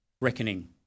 reckoning